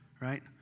right